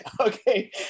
Okay